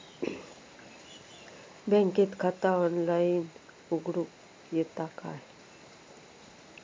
बँकेत खाता ऑनलाइन उघडूक येता काय?